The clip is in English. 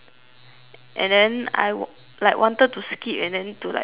and then I like wanted to skip and then to like think of